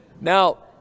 Now